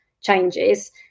changes